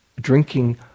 drinking